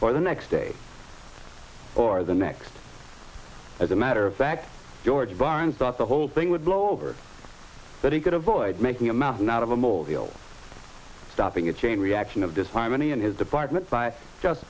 day or the next day or the next as a matter of fact george barnes thought the whole thing would blow over but he could avoid making a mountain out of a molehill stopping a chain reaction of disharmony in his department by just